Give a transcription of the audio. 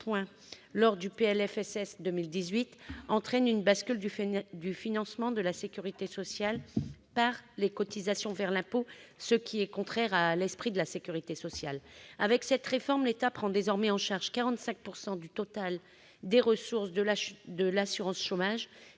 sociale pour 2018 entraînent une bascule du financement de la sécurité sociale par les cotisations vers l'impôt, ce qui est contraire à l'esprit de la sécurité sociale. Avec cette réforme, l'État prend désormais en charge 45 % du total des ressources de l'assurance chômage,